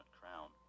crown